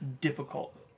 difficult